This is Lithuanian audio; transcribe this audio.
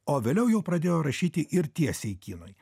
o vėliau jau pradėjo rašyti ir tiesiai kinui